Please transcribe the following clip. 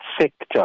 sector